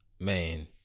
Man